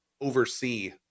oversee